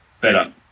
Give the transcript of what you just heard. better